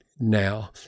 now